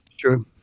Sure